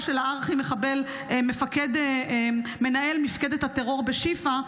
של הארכי-מחבל מנהל מפקדת הטרור בשיפא.